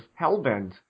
Hellbent